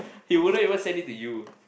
he wouldn't even send it to you